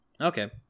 Okay